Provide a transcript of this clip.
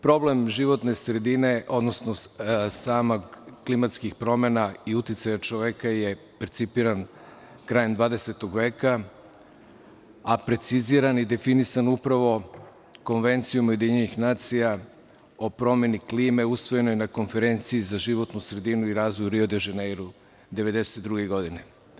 Problem životne sredine, odnosno samih klimatskih promena i uticaja čoveka je percipiran krajem 20. veka, a preciziran je i definisan upravo Konvencijom UN o promeni klime, usvojene na Konferenciji za životnu sredinu i razvoj u Rio de Ženeiru 1992. godine.